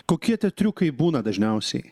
kokie tie triukai būna dažniausiai